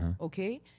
Okay